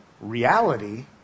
reality